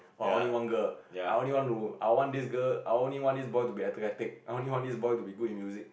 or I only want girl I only want to I want this girl I only want this boy to athletic I only want this boy to be good in music